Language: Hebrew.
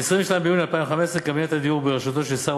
ב-22 ביוני 2015 קבינט הדיור בראשותו של שר